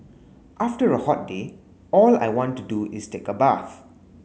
after a hot day all I want to do is take a bath